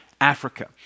Africa